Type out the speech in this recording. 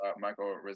michael